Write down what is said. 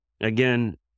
Again